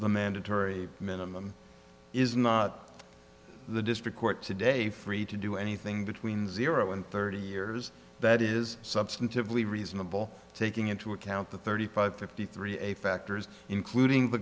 the mandatory minimum is not the district court today free to do anything between zero and thirty years that is substantively reasonable taking into account the thirty five fifty three a factors including the